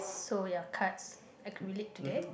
so your cards I could relate to that